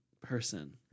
person